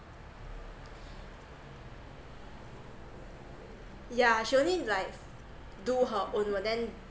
yeah she only like do her own work then